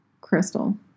Crystal